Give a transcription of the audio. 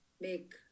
make